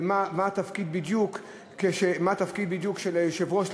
ומה בדיוק התפקיד של היושב-ראש,